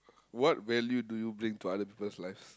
what value do you bring to other people's lives